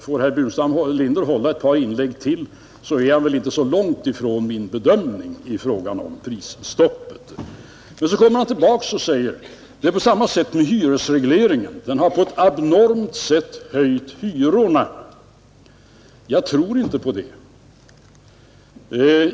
Får herr Burenstam Linder hålla ett par inlägg till är han väl inte så långt från min bedömning i fråga om prisstoppet. Men sedan kommer herr Burenstam Linder tillbaka och säger, att det är på samma sätt med hyresregleringen: den har på ett abnormt sätt höjt hyrorna, — Jag tror inte på det.